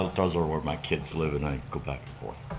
those are where my kids live, and i go back and forth.